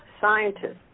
scientists